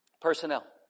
personnel